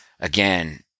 Again